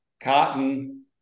cotton